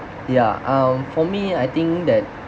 ya um for me I think that